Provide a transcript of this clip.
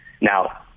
Now